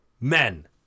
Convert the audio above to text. Men